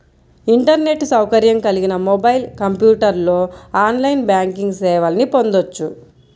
internet సౌకర్యం కలిగిన mobile, కంప్యూటర్లో ఆన్లైన్ బ్యాంకింగ్ సేవల్ని పొందొచ్చు